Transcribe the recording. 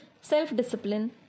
Self-discipline